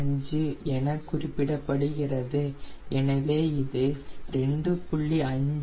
5 என குறிப்பிடப்படுகிறது எனவே இது 2